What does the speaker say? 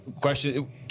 Question